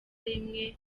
rimwe